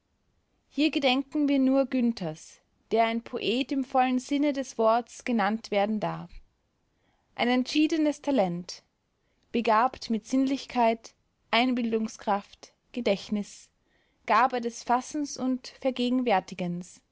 hier gedenken wir nur günthers der ein poet im vollen sinne des worts genannt werden darf ein entschiedenes talent begabt mit sinnlichkeit einbildungskraft gedächtnis gabe des fassens und vergegenwärtigens